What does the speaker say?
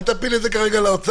אל תפיל את זה כרגע על האוצר,